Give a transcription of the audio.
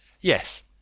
Yes